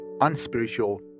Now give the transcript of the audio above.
unspiritual